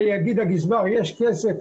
ויגיד הגזבר יש כסף,